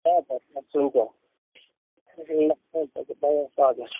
हवस् हवस् हवस् हुन्छ